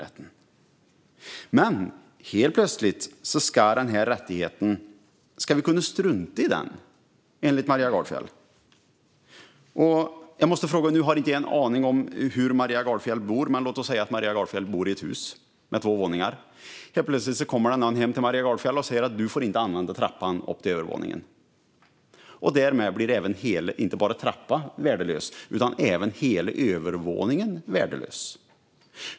Men helt plötsligt ska vi kunna strunta i denna rättighet enligt Maria Gardfjell. Jag har ingen aning om hur Maria Gardfjell bor. Men låt oss säga att hon bor i ett hus med två våningar. Helt plötsligt kommer det någon hem till Maria Gardfjell och säger att hon inte får använda trappan upp till övervåningen. Därmed blir inte bara trappan utan även hela övervåningen värdelös.